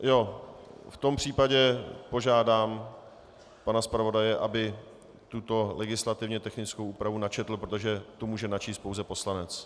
V tom případě požádám pana zpravodaje, aby tuto legislativně technickou úpravu načetl, protože to může načíst pouze poslanec.